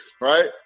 right